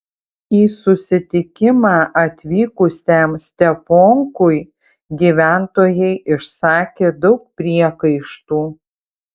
į susitikimą atvykusiam steponkui gyventojai išsakė daug priekaištų